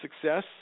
success